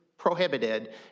prohibited